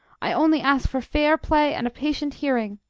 i only ask for fair play and a patient hearing!